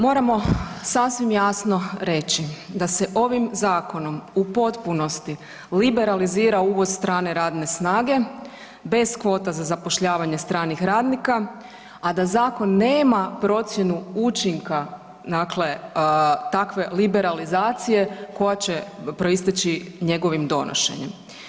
Moramo sasvim jasno reći da se ovim zakonom u potpunosti liberalizira uvoz strane radne snage bez kvota za zapošljavanje stranih radnika a da zakon nema procjenu učinka dakle takve liberalizacije koja će proisteći njegovim donošenjem.